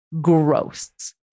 gross